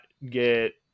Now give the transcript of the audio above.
get